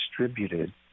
distributed